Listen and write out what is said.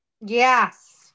Yes